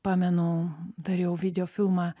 pamenu dariau video filmą